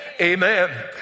Amen